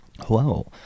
Hello